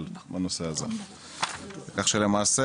למעשה,